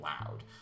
loud